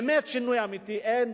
באמת שינוי אמיתי אין.